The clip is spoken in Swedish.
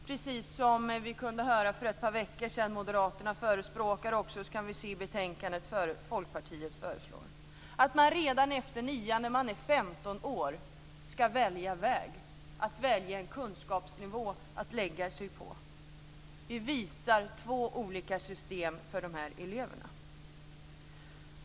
Det kunde vi för ett par veckor sedan höra att Moderaterna förespråkar, och vi kan i betänkandet också se att Folkpartiet föreslår det; att man redan efter nian, när man är 15 år, ska välja väg. Man ska välja en kunskapsnivå att lägga sig på. Vi visar två olika system för de här eleverna.